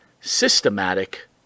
systematic